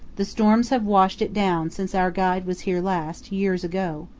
the storms have washed it down since our guide was here last, years ago.